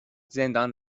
زندان